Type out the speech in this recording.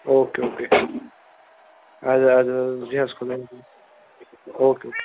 او کے او کے اَدٕ حظ اَدٕ حظ بیٚہہ حظ خۄدا أتھی او کے او کے